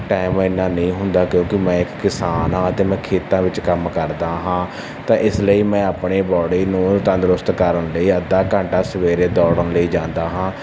time ਇੰਨਾ ਨਹੀਂ ਹੁੰਦਾ ਕਿਉਂਕਿ ਮੈਂ ਇੱਕ ਕਿਸਾਨ ਹਾਂ ਅਤੇ ਮੈਂ ਖੇਤਾਂ ਵਿੱਚ ਕੰਮ ਕਰਦਾ ਹਾਂ ਤਾਂ ਇਸ ਲਈ ਮੈਂ ਆਪਣੇ ਬਾਡੀ ਨੂੰ ਤੰਦਰੁਸਤ ਕਰਨ ਲਈ ਅੱਧਾ ਘੰਟਾ ਸਵੇਰੇ ਦੌੜਨ ਲਈ ਜਾਂਦਾ ਹਾਂ